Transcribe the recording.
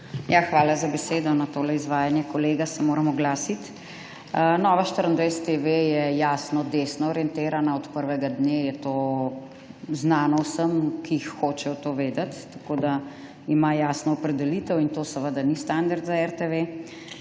Hvala za besedo. Na tole izvajanje kolega se moram oglasiti. Nova 24TV je jasno desno orientirana. Od prvega dne je to znano vsem, ki hočejo to vedeti, tako da ima jasno opredelitev, in to seveda ni standard za RTV.